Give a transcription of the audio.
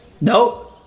Nope